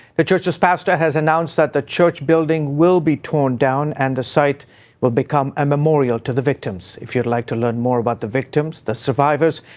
the church's pastor has announced that the church building will be torn down and the site will become a memorial to the victims. if you would like to learn more about the victims, the survivors,